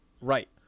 Right